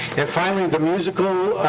and finally, the musical,